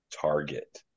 target